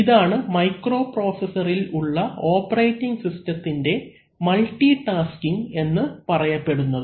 ഇതാണ് മൈക്രോപ്രൊസസറിൽ ഉള്ള ഓപ്പറേറ്റിംഗ് സിസ്റ്റത്തിൻറെ മൾട്ടിടാസ്കിങ് എന്ന് പറയപ്പെടുന്നത്